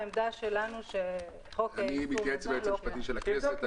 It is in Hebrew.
העמדה שלנו היא שחוק האחסון --- אני מתייעץ עם היועץ המשפטי של הכנסת.